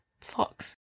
fox